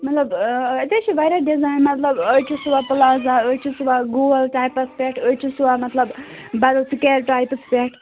مطلب اَتے چھِ واریاہ ڈِزایِن مطلب أڑۍ چھِ سُون پُلازا أڑۍ چھِ سُوان گول ٹایپَس پٮ۪ٹھ أڑۍ چھِ سُوان مطلب بَدَل سِکیل ٹایپَس پٮ۪ٹھ